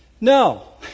No